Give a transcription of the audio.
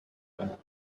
ein